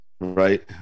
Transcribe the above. right